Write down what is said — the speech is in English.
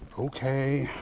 okay.